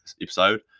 episode